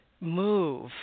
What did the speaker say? move